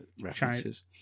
references